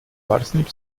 parsnip